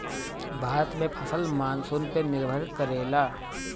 भारत में फसल मानसून पे निर्भर करेला